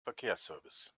verkehrsservice